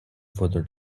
further